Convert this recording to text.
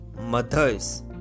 mother's